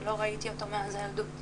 שלא ראיתי אותו מאז הילדות.